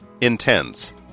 Intense